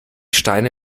steine